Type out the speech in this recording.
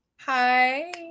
Hi